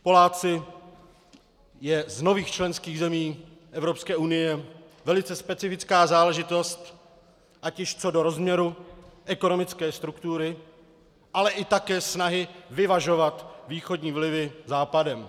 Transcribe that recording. Poláci jsou z nových členských zemí EU velice specifická záležitost, ať již co do rozměru, ekonomické struktury, ale i také snahy vyvažovat východní vlivy západem.